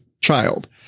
child